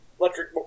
electric